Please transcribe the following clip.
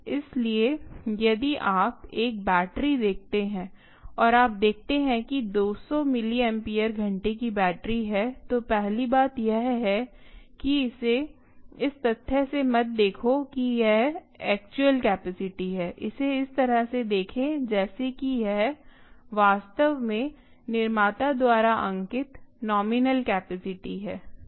इसलिए यदि आप एक बैटरी देखते हैं और आप देखते हैं कि 200 मिलिएम्पेयर घंटे की बैटरी है तो पहली बात यह है कि इसे इस तथ्य से मत देखो कि यह एक्चुअल कैपेसिटी है इसे इस तरह से देखें जैसे कि यह वास्तव में निर्माता द्वारा अंकित नोमिनल कैपेसिटी है